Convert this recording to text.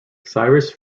cyrus